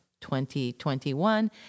2021